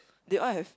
they all have